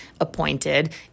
appointed